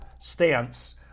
stance